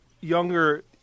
younger